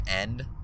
end